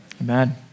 Amen